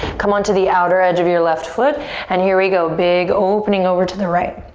come on to the outer edge of your left foot and here we go, big opening over to the right.